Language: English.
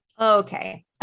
Okay